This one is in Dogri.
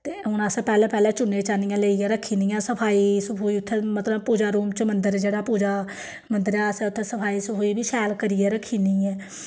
ते हून असें पैह्लें पैह्लें चुन्नियां चन्नियां लेइयै रक्खी ओड़नियां सफाई सफूई उत्थै मतलब पूजा रूम च मन्दर जेह्ड़ा पूजा मन्दरै असें सफाई सफूई बी शैल करियै रक्खी ओड़नी ऐ